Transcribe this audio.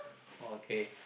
okay